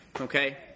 okay